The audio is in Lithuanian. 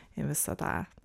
į visą tą